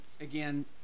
again